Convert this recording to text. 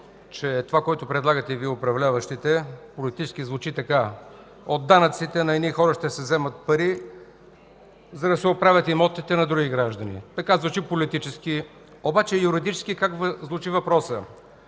че това, което предлагате Вие, управляващите, политически звучи така: от данъците на едни хора ще се вземат пари, за да се оправят имотите на други граждани. Така звучи политически. Обаче юридически как звучи въпросът?